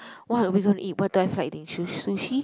what are we going to eat what do you feel like eating sus~ sushi